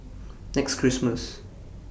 next Christmas